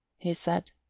he said.